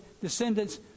descendants